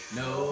no